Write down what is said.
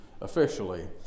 officially